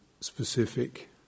specific